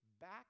back